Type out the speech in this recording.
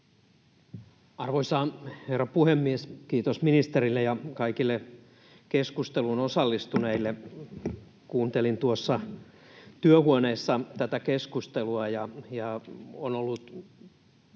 Arvoisa herra puhemies! Kiitos ministerille ja kaikille keskusteluun osallistuneille. Kuuntelin tuossa työhuoneessa tätä keskustelua, ja on ollut